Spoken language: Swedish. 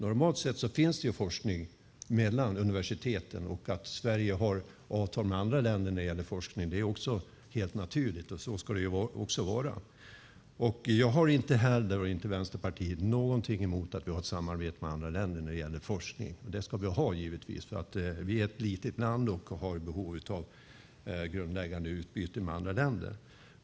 Normalt sätt finns det forskning mellan universiteten. Att Sverige har avtal med andra länder när det gäller forskning är helt naturligt och ska också så vara. Jag och Vänsterpartiet har heller inte någonting emot att vi har ett samarbete med andra länder när det gäller forskning. Det ska vi ha. Vi är ett litet land och har ett behov av ett grundläggande utbyte med andra länder.